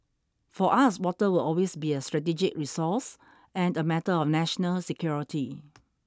for us water will always be a strategic resource and a matter of national security